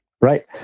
Right